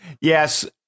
yes